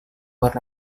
luar